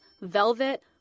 velvet